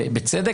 ובצדק,